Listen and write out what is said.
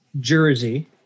jersey